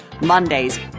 Mondays